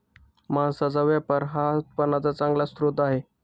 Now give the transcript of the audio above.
मांसाचा व्यापार हा उत्पन्नाचा चांगला स्रोत आहे